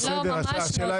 ממש לא.